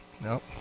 no